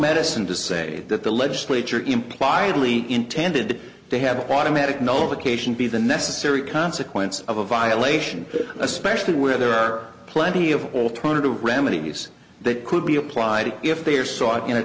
medicine to say that the legislature impliedly intended to have automatic notification be the necessary consequence of a violation especially where there are plenty of alternative remedies that could be applied if they